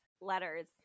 letters